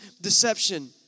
deception